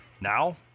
Now